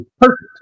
perfect